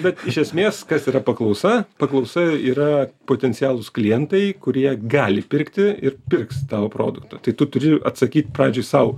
bet iš esmės kas yra paklausa paklausa yra potencialūs klientai kurie gali pirkti ir pirks tavo produktą tai tu turi atsakyt pradžioj sau